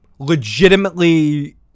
legitimately